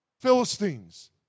Philistines